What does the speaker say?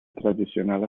tradicional